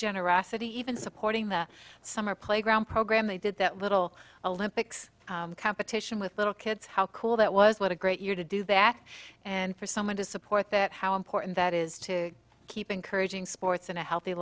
generosity even supporting the summer playground program they did that little a lympics competition with little kids how cool that was what a great year to do that and for someone to support that how important that is to keep encouraging sports and a healthy